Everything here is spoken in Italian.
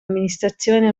amministrazione